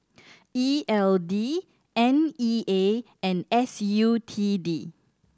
E L D N E A and S U T D